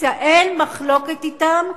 ולאופוזיציה אין מחלוקת עליהם,